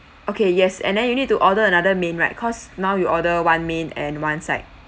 okay yes and then you need to order another main right cause now you order one main and one side